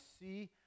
see